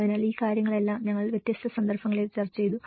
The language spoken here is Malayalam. അതിനാൽ ഈ കാര്യങ്ങളെല്ലാം ഞങ്ങൾ വ്യത്യസ്ത സന്ദർഭങ്ങളിൽ ചർച്ച ചെയ്തു